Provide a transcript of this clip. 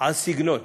על סגנון.